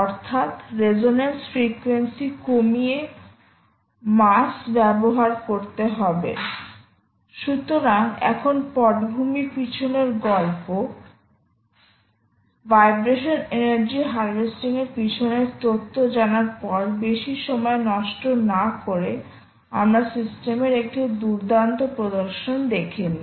অর্থাৎ resonance frequency কমিয়ে mass ব্যবহার করতে হবে সুতরাং এখন পটভূমির পিছনের গল্প ভাইব্রেশন এনার্জি হারভেস্টিং এর পিছনের তত্ত্ব জানার পর বেশি সময় নষ্ট না করে আমরা সিস্টেমের একটি দুর্দান্ত প্রদর্শন দেখে নি